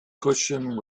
cushion